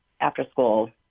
after-school